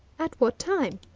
at what time?